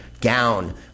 gown